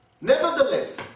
Nevertheless